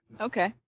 Okay